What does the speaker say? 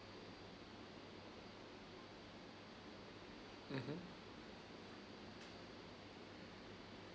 mmhmm